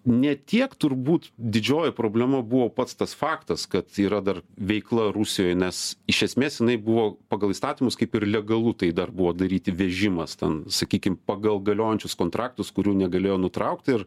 ne tiek turbūt didžioji problema buvo pats tas faktas kad yra dar veikla rusijoj nes iš esmės jinai buvo pagal įstatymus kaip ir legalu tai dar buvo daryti vežimas ten sakykim pagal galiojančius kontraktus kurių negalėjo nutraukti ir